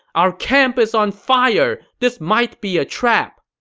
our camp is on fire! this might be a trap!